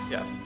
Yes